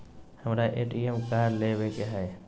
हमारा ATM card लेव के हई